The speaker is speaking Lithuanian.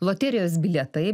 loterijos bilietai